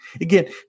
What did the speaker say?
again